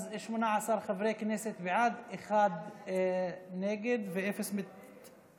אז 18 חברי כנסת בעד, אחד נגד ואין נמנעים.